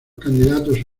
candidatos